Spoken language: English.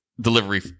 delivery